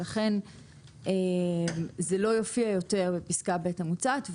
לכן זה לא יופיע יותר בפסקה (ב) המוצעת.